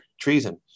treason